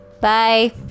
Bye